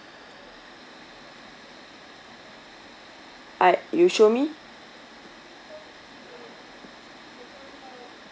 I you show me